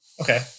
okay